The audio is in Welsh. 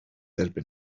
erbyn